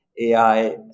AI